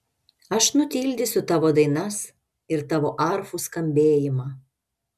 aš nutildysiu tavo dainas ir tavo arfų skambėjimą